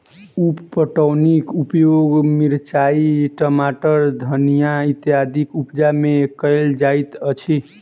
उप पटौनीक उपयोग मिरचाइ, टमाटर, धनिया इत्यादिक उपजा मे कयल जाइत अछि